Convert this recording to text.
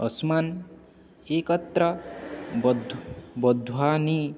अस्मान् एकत्र बध् बध्नानि